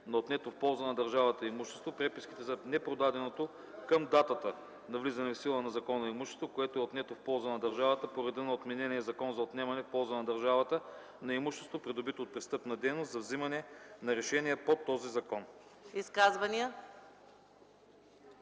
на отнето в полза на държавата имущество преписките за непродаденото към датата на влизане в сила на закона имущество, което е отнето в полза на държавата по реда на отменения Закон за отнемане в полза на държавата на имущество, придобито от престъпна дейност, за вземане на решение по този закон.”